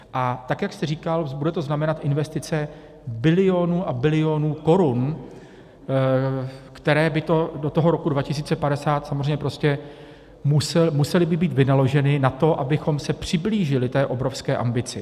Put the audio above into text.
A tak jak jste říkal, bude to znamenat investice bilionů a bilionů korun, které by do roku 2050 musely být vynaloženy na to, abychom se přiblížili té obrovské ambici.